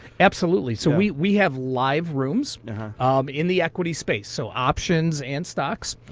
absolutely. so we we have live rooms um in the equity space, so options and stocks.